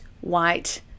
white